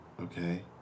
okay